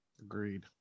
agreed